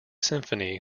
symphony